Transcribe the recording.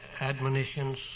admonitions